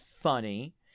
funny